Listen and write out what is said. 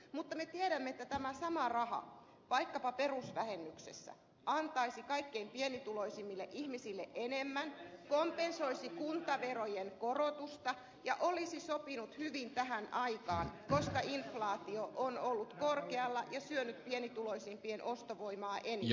mutta me tiedämme että tämä sama raha vaikkapa perusvähennyksessä antaisi kaikkein pienituloisimmille ihmisille enemmän kompensoisi kuntaverojen korotusta ja olisi sopinut hyvin tähän aikaan koska inflaatio on ollut korkealla ja syönyt pienituloisimpien ostovoimaa eniten